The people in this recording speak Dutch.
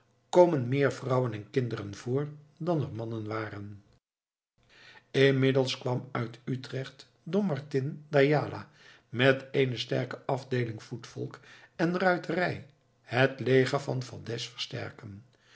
komen meer vrouwen en kinderen voor dan er mannen waren inmiddels kwam uit utrecht don martin d'ayala met eene sterke afdeeling voetvolk en ruiterij het leger van valdez versterken